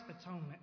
atonement